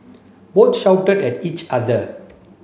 both shouted at each other